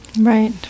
right